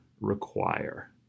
require